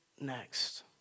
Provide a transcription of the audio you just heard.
next